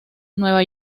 nueva